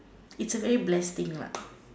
it's a very blessed thing lah